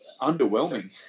underwhelming